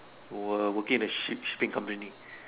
wor~ working at ship~ shipping company